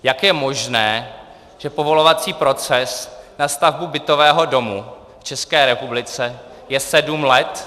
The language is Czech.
Jak je možné, že povolovací proces na stavbu bytového domu v České republice je sedm let?